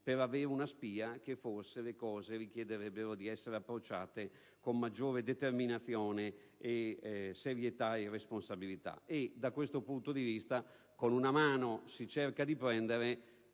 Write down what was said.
per avere una spia del fatto che forse le cose richiederebbero di essere approcciate con maggiore determinazione, serietà e responsabilità. Da questo punto di vista, con una mano si cerca di prendere